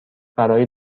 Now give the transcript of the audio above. برای